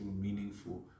meaningful